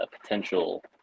potential